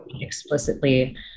explicitly